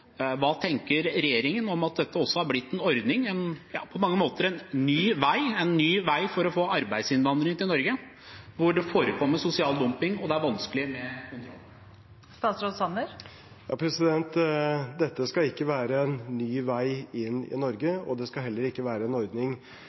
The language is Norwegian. Hva tenker regjeringen om at dette også har blitt en ordning som på mange måter er en ny vei for å få arbeidsinnvandring til Norge, hvor det forekommer sosial dumping, og hvor det er vanskelig med kontroll? Dette skal ikke være en ny vei inn i Norge, og det skal heller ikke være en ordning